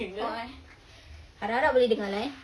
oh a'ah eh harap-harap boleh dengar lah eh